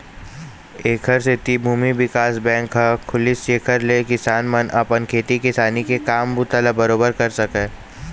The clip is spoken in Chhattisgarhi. ऐखर सेती भूमि बिकास बेंक ह खुलिस जेखर ले किसान मन अपन खेती किसानी के काम बूता ल बरोबर कर सकय